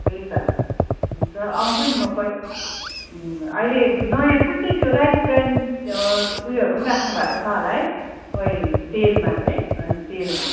त्यही त हुन्छ आउँछु नि म कहिले अहिले नयाँ कुन चाहिँ त्यो राइस ब्रान्ड उयोहरू पनि राख्नुभएको छ होला है ओयल तेलमा चाहिँ तेलमा